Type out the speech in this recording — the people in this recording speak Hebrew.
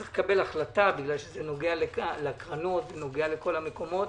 צריך לקבל החלטה, כי זה נוגע לקרנות, לכל המקומות.